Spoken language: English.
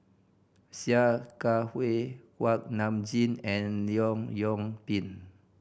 Sia Kah Hui Kuak Nam Jin and Leong Yoon Pin